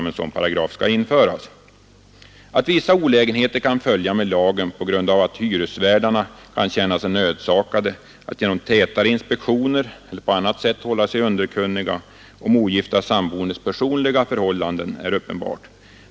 Onsdagen den Att vissa olägenheter kan följa med lagen på grund av att hyresvärdar 30 maj 1973 na kan känna sig nödsakade att genom tätare inspektioner eller på annat sätt hålla sig underkunniga om ogifta samboendes personliga förhållanden är uppenbart.